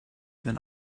than